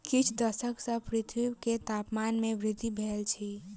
किछ दशक सॅ पृथ्वी के तापमान में वृद्धि भेल अछि